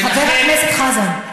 חבר הכנסת חזן.